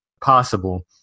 possible